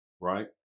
right